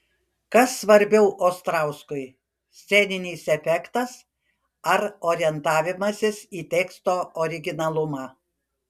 kas svarbiau ostrauskui sceninis efektas ar orientavimasis į teksto originalumą